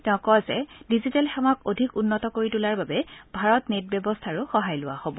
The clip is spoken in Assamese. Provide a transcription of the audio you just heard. তেওঁ কয় যে ডিজিটেল সেৱাক অধিক উন্নত কৰি তোলাৰ বাবে ভাৰত নেট ব্যৱস্থাৰো সহায় লোৱা হ'ব